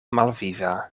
malviva